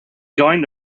going